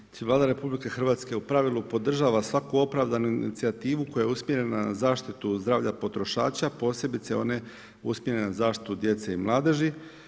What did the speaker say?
Znači Vlada RH u pravilu podržava svaku opravdanu inicijativu koja je usmjerena na zaštitu zdravlja potrošača, posebice one usmjerene na zaštitu djece i mladeži.